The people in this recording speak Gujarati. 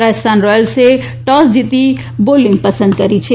રાજસ્થાન રોયલ્સે ટોસ જીતી બોલિંગ પસંદ કરી છે